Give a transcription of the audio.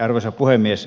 arvoisa puhemies